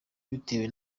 bitewe